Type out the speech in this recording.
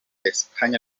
espagne